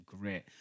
great